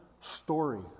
story